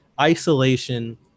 isolation